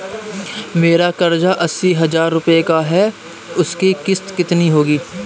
मेरा कर्ज अस्सी हज़ार रुपये का है उसकी किश्त कितनी होगी?